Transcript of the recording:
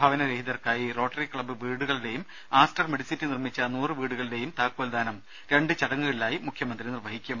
ഭവനരഹിതർക്കായി Rotary Club വീടുകളുടെയും Aster Medicity നിർമ്മിച്ച നൂറ് വീടുകളുടെയും താക്കോൽദാനം രണ്ടു ചടങ്ങുകളിലായി മുഖ്യമന്ത്രി നിർവഹിക്കും